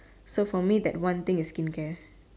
so for me that one thing is skincare